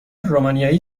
رومانیایی